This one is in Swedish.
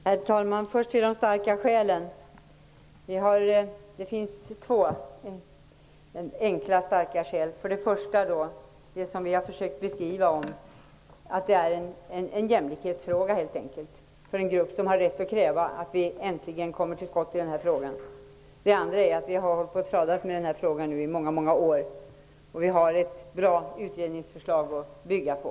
Herr talman! Först om de starka skälen. Det finns två enkla starka skäl. Det första är att detta helt enkelt är en jämlikhetsfråga för en grupp som har rätt att kräva att vi äntligen kommer till skott i den här frågan. Det andra är att vi har förhalat frågan i många år. Nu har vi ett bra utredningsförslag att bygga på.